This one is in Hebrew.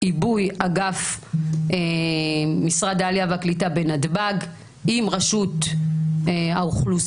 עיבוי אגף משרד העלייה והקליטה בנתב"ג עם רשות האוכלוסין,